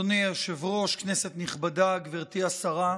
אדוני היושב-ראש, כנסת נכבדה, גברתי השרה,